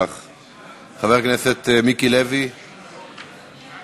חבר הכנסת מיקי לוי רוצה?